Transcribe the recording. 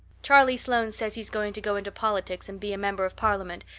charlie sloane says he's going to go into politics and be a member of parliament,